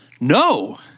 no